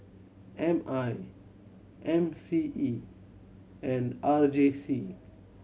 M I M C E and R J C